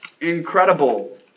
incredible